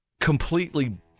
completely